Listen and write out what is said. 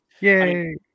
Yay